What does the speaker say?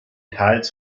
teils